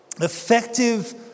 effective